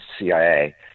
CIA